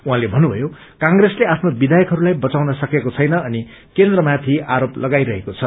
उहाँले भन्नुमयो क्रेसले आफ्नो वियायकहरूलाई बचाउन सकेको छैन अनि केन्द्रमाथि आरोप लगाइरहेको छ